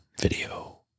video